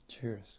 Cheers